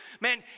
man